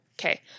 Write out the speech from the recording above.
Okay